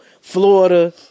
Florida